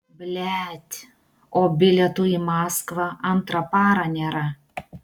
blet o bilietų į maskvą antrą parą nėra